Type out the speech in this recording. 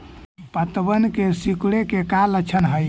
पत्तबन के सिकुड़े के का लक्षण हई?